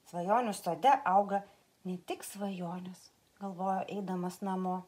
svajonių sode auga ne tik svajonės galvojo eidamas namo